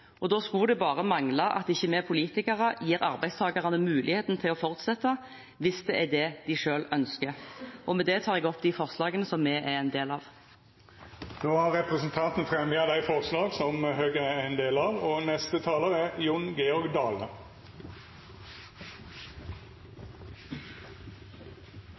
og da skulle det bare mangle at ikke vi politikere gir arbeidstakerne muligheten til å fortsette, hvis det er det de selv ønsker. Med det tar jeg opp de forslagene som vi er en del av. Då har representanten Margret Hagerup teke opp dei forslaga som